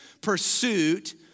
pursuit